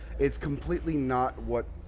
it's completely not what